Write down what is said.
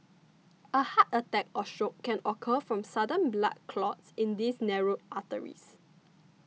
a heart attack or stroke can occur from sudden blood clots in these narrowed arteries